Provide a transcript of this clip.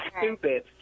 stupid